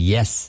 Yes